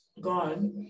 god